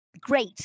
great